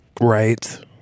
right